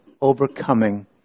overcoming